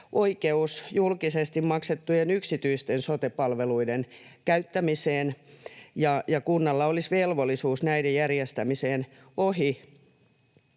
oikeus julkisesti maksettujen yksityisten sote-palveluiden käyttämiseen ja kunnalla olisi velvollisuus näiden järjestämiseen ohi